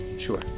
Sure